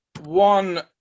one